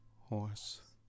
horse